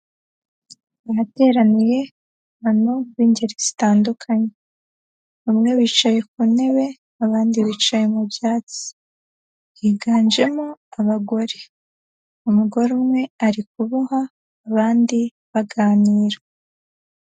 Ahateraniye abantu b'ingeri zitandukanye, bamwe bicaye ku ntebe abandi bicaye mu byatsi. Higanjemo abagore, umugore umwe ari kuboha abandi baganira.